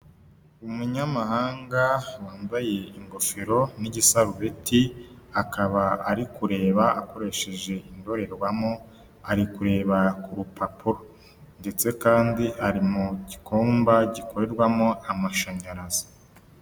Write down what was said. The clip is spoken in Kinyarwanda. Umunyamahanga wambaye ingofero n'igisarubeti akaba ari kureba akoresheje indorerwamo, ari kureba ku rupapuro ndetse kandi ari mu gikomba gikorerwamo amashanyarazi.